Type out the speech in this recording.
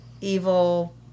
evil